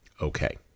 Okay